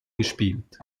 gespielt